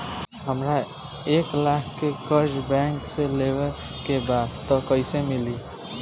हमरा एक लाख के कर्जा बैंक से लेवे के बा त कईसे मिली?